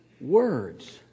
words